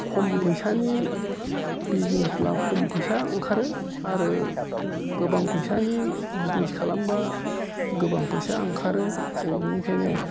खम फैसानि बिजनेसब्ला खम फैसा ओंखारो आरो गोबां फैसानि बिजनेस खालामोब्ला गोबां फैसा ओंखारो जों इनिखायनो